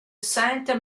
saint